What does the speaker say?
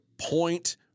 point